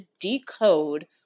decode